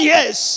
Yes